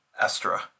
Astra